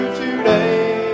today